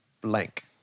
blank